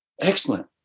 Excellent